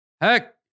Heck